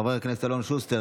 חבר הכנסת אלון שוסטר,